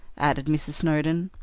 added mrs. snowdon.